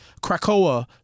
Krakoa